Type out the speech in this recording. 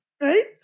right